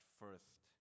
first